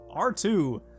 R2